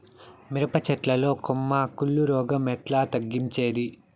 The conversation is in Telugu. మిరప చెట్ల లో కొమ్మ కుళ్ళు రోగం ఎట్లా తగ్గించేది?